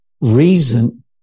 reason